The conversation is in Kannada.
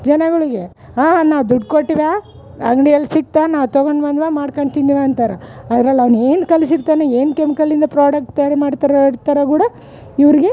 ಜನಗಳಿಗೆ ನಾವು ದುಡ್ಡು ಕೊಟ್ವಿವ್ಯಾ ಅಂಗ್ಡಿ ಅಲ್ಲಿ ಸಿಕ್ತ ನಾವು ತಗೊಂಡು ಬಂದ್ವ ಮಾಡ್ಕೊಂಡು ತಿಂದ್ವ ಅಂತರ ಅದರಲ್ಲಿ ಅವ್ನು ಏನು ಕಲ್ಸಿರ್ತಾನೆ ಏನು ಕೆಮಿಕಲ್ ಇಂದ ಪ್ರಾಡಕ್ಟ್ ತಯಾರಿ ಮಾಡಿರ್ತಾರೆ ಇರ್ತರ ಗುಡ ಇವರಿಗೆ